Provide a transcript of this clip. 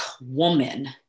woman